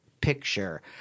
picture